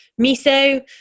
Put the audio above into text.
miso